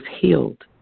healed